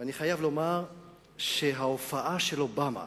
אני חייב לומר שההופעה של אובמה